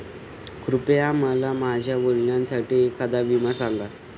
कृपया मला माझ्या वडिलांसाठी एखादा विमा सांगा